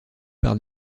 par